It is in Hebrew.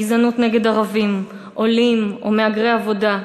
גזענות נגד ערבים, עולים ומהגרי עבודה.